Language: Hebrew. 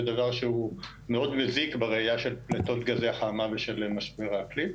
זה דבר שהוא מאוד מזיק בראייה של פליטות גזי החממה ושל משבר האקלים.